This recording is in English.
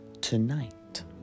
tonight